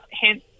hence